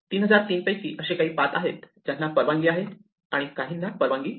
3003 पैकी असे काही पाथ आहेत ज्यांना परवानगी आहे आणि काहींना नाही